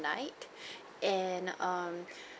and um